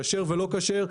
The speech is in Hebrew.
כשר ולא כשר,